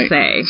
say